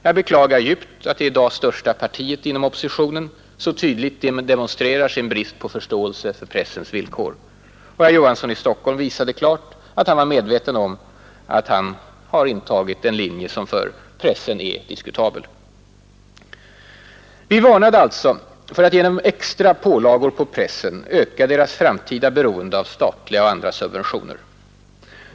Jag beklagar djupt att det i dag största partiet inom oppositionen så tydligt demonstrerar sin brist på förståelse för pressens villkor. Herr Olof Johansson i Stockholm visade också klart att han var medveten om att han har intagit en linje som för pressen är diskutabel. Vi varnade alltså för att genom extra pålagor på pressen öka dess framtida beroende av statliga och andra subventioner.